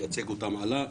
מייצג אותם עלא,